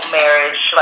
marriage